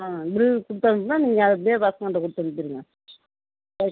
ஆ bill கொடுத்து அனுப்புங்கள் நீங்கள் அது அப்படியே பசங்கள்ட்ட கொடுத்து அனுப்பிடுங்க ஓகே